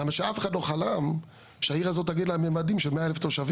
כי אף אחד לא חלם שהעיר הזו תגיע לממדים של מאה אלף תושבים,